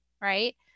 right